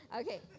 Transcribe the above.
Okay